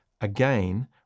again